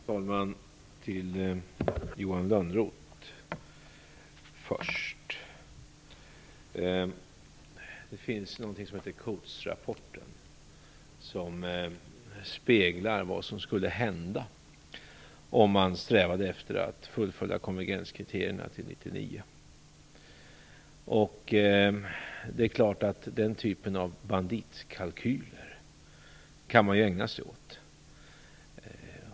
Fru talman! Jag vill börja med att till Johan Lönnroth säga att det finns någonting som heter Coatesrapporten. Den speglar vad som skulle kunna hända om man strävade efter att uppfylla konvergenskriterierna till 1999. Det är klart att man kan ägna sig åt den typen av banditkalkyler.